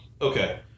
Okay